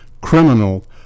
criminal